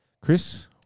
Chris